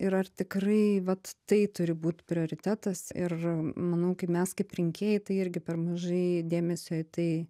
ir ar tikrai vat tai turi būt prioritetas ir manau kaip mes kaip rinkėjai tai irgi per mažai dėmesio į tai